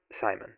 Simon